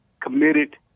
committed